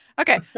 Okay